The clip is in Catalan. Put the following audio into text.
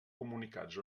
comunicats